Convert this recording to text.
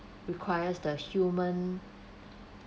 requires the human